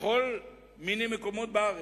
מכל מיני מקומות בארץ.